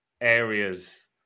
areas